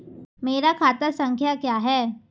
मेरा खाता संख्या क्या है?